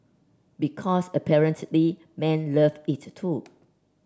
because apparently men love it too